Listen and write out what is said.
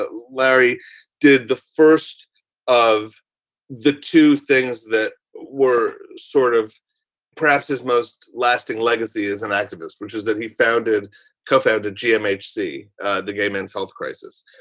but larry did the first of the two things that were sort of perhaps his most lasting legacy as an activist, which is that he founded co-founded gmh see the gay men's health crisis.